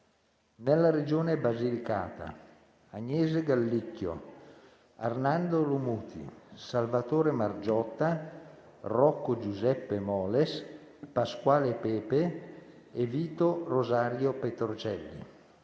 nella Regione Basilicata: Agnese Gallicchio, Arnaldo Lomuti, Salvatore Margiotta, Rocco Giuseppe Moles, Pasquale Pepe, Vito Rosario Petrocelli;